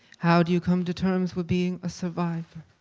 how do you come to terms with being a survivor?